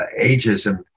ageism